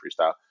Freestyle